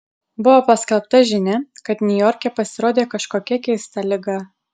buvo paskelbta žinia kad niujorke pasirodė kažkokia keista liga